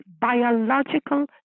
biological